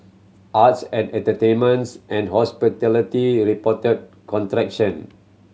arts and entertainments and hospitality reported contraction